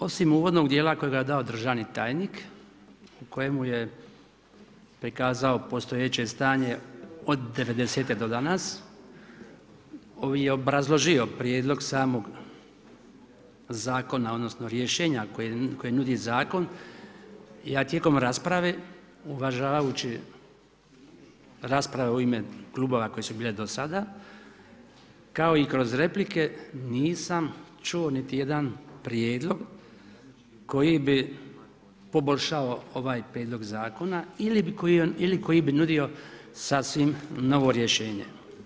Osim uvodnog dijela kojega je dao državni tajnik u kojemu je prikazao postojeće stanje od '90.-te do danas koji je obrazložio prijedlog samog zakona, odnosno rješenja koje nudi zakon a tijekom rasprave uvažavajući rasprave u ime klubova koje su bile do sada kao i kroz replike nisam čuo niti jedan prijedlog koji bi poboljšao ovaj prijedlog zakona ili koji bi nudio sasvim novo rješenje.